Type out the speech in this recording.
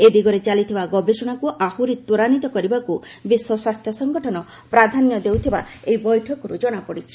ଏ ଦିଗରେ ଚାଲିଥିବା ଗବେଷଣାକୁ ଆହୁରି ତ୍ୱରାନ୍ୱିତ କରିବାକୁ ବିଶ୍ୱ ସ୍ୱାସ୍ଥ୍ୟ ସଙ୍ଗଠନ ପ୍ରାଧାନ୍ୟ ଦେଉଥିବା ଏହି ବୈଠକରୁ କଣାପଡ଼ିଛି